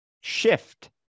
shift